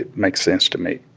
it makes sense to me.